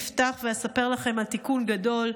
אפתח ואספר לכם על תיקון גדול,